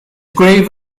grave